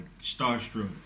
starstruck